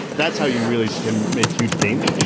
that's how you really can make huge gains.